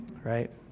right